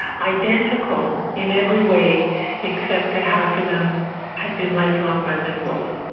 identical in every way except that half of them had been lifelong bilinguals.